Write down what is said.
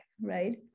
right